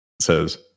says